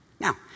Now